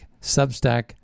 Substack